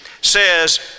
says